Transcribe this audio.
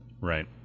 Right